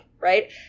Right